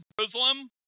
Jerusalem